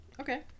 Okay